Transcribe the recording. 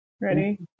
Ready